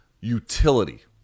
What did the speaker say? utility